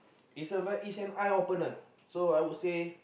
is a ver~ is an eye opener so I would say